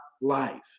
life